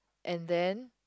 and then